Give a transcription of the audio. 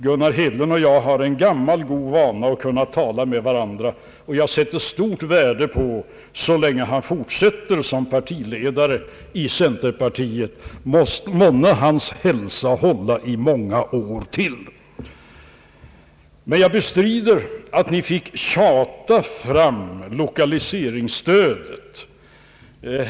Gunnar Hedlund och jag har en gammal god vana att kunna tala med varandra. Jag sätter stort värde på att han fortsätter som ledare i centerpartiet. Måtte hans hälsa hålla i många åv till! Men jag bestrider att man fick tjata fram lokaliseringsstödet.